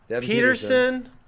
Peterson